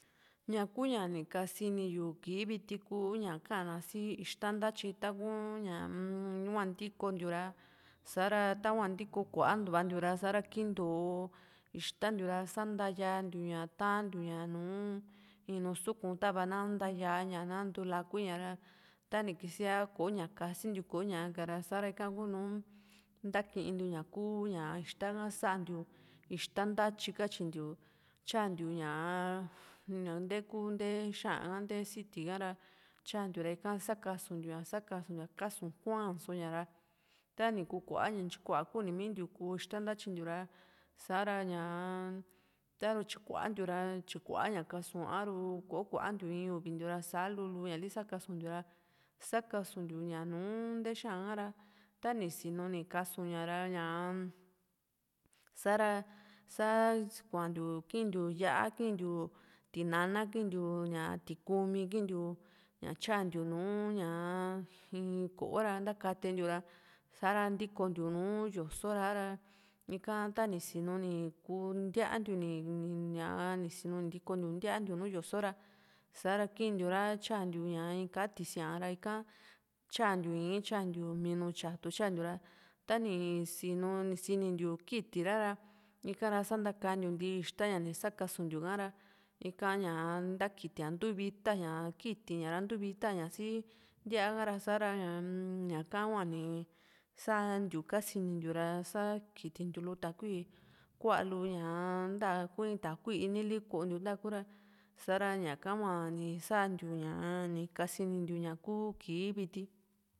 ña kuu ña ni kasini yu kii viti kuu ña ka´na si ixta ntatyi taku ñaa-m tahua ntikontiu ra sa´ra tahua ntiko kuantuva ntiu ra ta sa´ra kintó ixta ntiu ra sa ntayantiu ña tantiuu ña nùù in nu suku tava na ntaya´ña na ntu lakui ña ra tani kisia kò´o ña kasintiu ko´ña ka ra sá ika kuunu ntakintiu ña kuu ixta ha santiu ixta ntatyi katyintiu tyantiu ña nte kuu nte xa´an ka nte ku nte siti ka´ra tyantiu ra ika sakasuntiu sakasuntiu kásuu kua´n só ña ra tani kú kua´ña ntyi kuaa kuni mintiuku xuta ntatyintiu ra sa´ra ñaa taru tyikuantiu ra tyikuáña kasu a ru kò´o kuantiu in uvi lintiu ra sá lu´lu ñali sakasuntiu ra sakasuntiu ña nùù nte xa´an ha ra tani sinu ni kasuña ra ñaa-m sa´ra sá kuantoiu kintiu yá´a kintiu tinana kintiu ñaa kintiu tikumi kintiu ña tyantiu nùù ña in ko´o ra ntakatentiu ra sa´ra ntikontiu nú yóso ra a´ra ika tani sinu ni kuu ntíaa ntiu ni ni sinu ni ntikontiu ntíantiu nú yóso ra sa´ra kintiu ra tyantiu in ka´a tisía ra ika tyantiu in tyantiu minu tyatu tyantiu ra ta ni sinu ni sintiu kitira ra ika ra santakantiu ntii ixta ña ni sakasuntiu ha´ra ika ñaa ntakitía ntu vita ña kiiti ñaa ra ntuu vita ña sii ntíaa ka ra sa´ra ñaka hua ni santiu kasinintiu sa kitintiu lu takui kua´lu nta ku in takui ini li kontiu ntakuu ra sa´ra ñaka huani santiu ña ni kasintiu ña ku kii viti